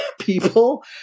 people